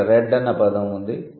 ఇక్కడ రెడ్ అన్న పదం ఉంది